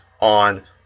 on